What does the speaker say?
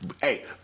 hey